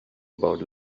about